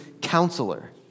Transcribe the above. counselor